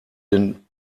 den